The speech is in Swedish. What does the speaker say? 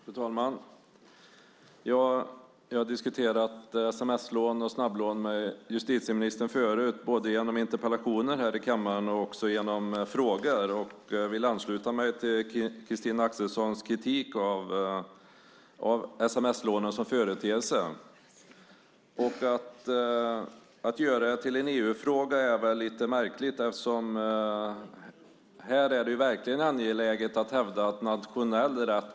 Fru talman! Jag har även tidigare diskuterat sms-lån och snabblån med justitieministern, både genom interpellationer i kammaren och i form av skriftliga frågor, och jag vill ansluta mig till Christina Axelssons kritik av sms-lånen som företeelse. Att göra sms-lånen till en EU-fråga är lite märkligt, eftersom det är angeläget att här hävda nationell rätt.